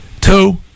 Two